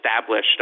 established